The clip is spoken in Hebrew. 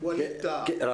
ווליד טאהא, בבקשה.